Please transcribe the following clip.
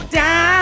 Down